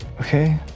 Okay